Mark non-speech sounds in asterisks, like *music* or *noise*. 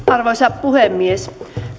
*unintelligible* arvoisa puhemies